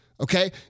okay